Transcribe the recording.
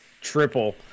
triple